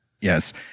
Yes